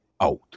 out